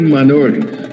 minorities